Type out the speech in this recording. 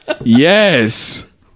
Yes